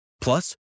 Plus